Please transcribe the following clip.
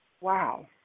Wow